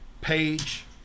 page